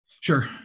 Sure